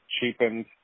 cheapened